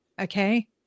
Okay